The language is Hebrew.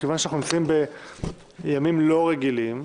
מכיוון שאנחנו נמצאים בימים לא רגילים,